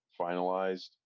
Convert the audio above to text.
finalized